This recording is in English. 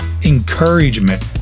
encouragement